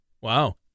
Wow